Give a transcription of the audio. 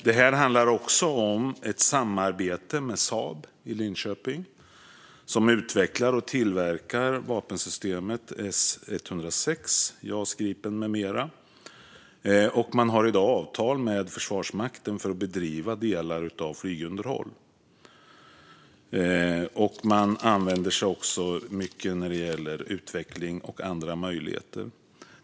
Det handlar också om ett samarbete med Saab i Linköping, som utvecklar och tillverkar vapensystemet S 106, Jas Gripen med mera. Saab har i dag avtal med Försvarsmakten för att bedriva delar av flygunderhållet. Man använder sig också av Saab när det gäller utveckling och andra möjligheter.